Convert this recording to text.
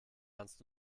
kannst